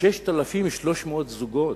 6,300 זוגות.